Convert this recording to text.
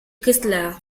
chrysler